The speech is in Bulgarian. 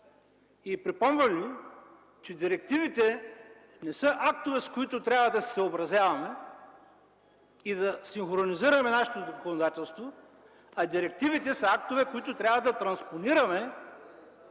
Припомням ви, че директивите не са актове, с които трябва да се съобразяваме и да синхронизираме нашето законодателство, а те са актове, които трябва да транспонираме